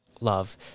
love